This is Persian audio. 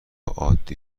عادی